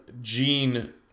gene